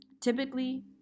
Typically